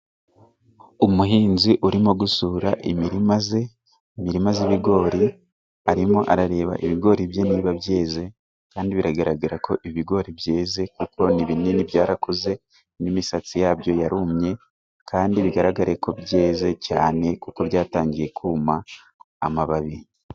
Umuhinzi urimo gusura imirima ye，imirima y'ibigori, arimo arareba ibigori bye niba byeze, kandi biragaragara ko ibigori byeze， kuko ni binini byarakuze, n'imisatsi yabyo yarumye, kandi bigaragare ko byeze cyane kuko byatangiye kuma amababi.